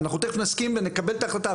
ואנחנו תיכף נסכים ונקבל את ההחלטה,